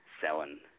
selling